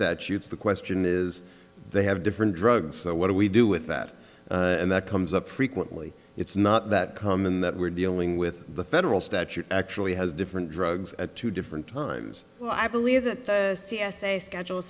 statutes the question is they have different drugs so what do we do with that and that comes up frequently it's not that common that we're dealing with the federal statute actually has different drugs at two different times well i believe that the c s a schedules